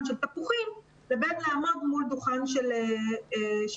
של תפוחים לבין לעמוד מול דוכן של ספרים.